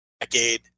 decade